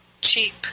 cheap